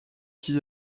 qui